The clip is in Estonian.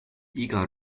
iga